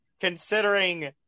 considering